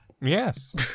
Yes